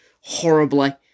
horribly